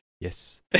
Yes